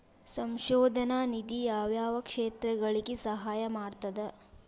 ಸಂಶೋಧನಾ ನಿಧಿ ಯಾವ್ಯಾವ ಕ್ಷೇತ್ರಗಳಿಗಿ ಸಹಾಯ ಮಾಡ್ತದ